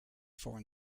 foreign